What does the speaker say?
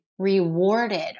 Rewarded